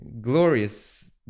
glorious